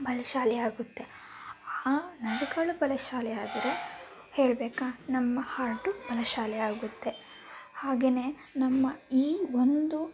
ಬಲಶಾಲಿಯಾಗುತ್ತೆ ಆ ನರ್ಗಳು ಬಲಶಾಲಿಯಾದರೆ ಹೇಳಬೇಕಾ ನಮ್ಮ ಹಾರ್ಟು ಬಲಶಾಲಿಯಾಗುತ್ತೆ ಹಾಗೆಯೇ ನಮ್ಮ ಈ ಒಂದು